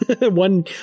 One